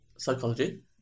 psychology